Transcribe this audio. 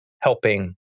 helping